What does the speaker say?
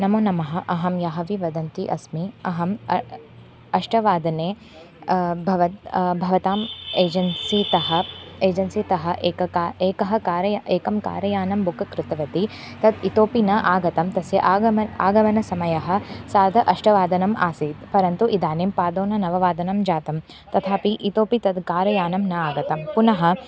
नमोनमः अहं यहाविः वदन्ती अस्मि अहम् अष्टवादने भवत् भवताम् एजन्सितः एजन्सितः एकं का एकं कार्यम् एकं कारयानं बुक् कृतवती तत् इतोपि न आगतं तस्य आगमनम् आगमनसमयः सार्ध अष्टवादनम् आसीत् परन्तु इदानीं पादोन नववादनं जातं तथापि इतोपि तद् कारयानं नागतं पुनः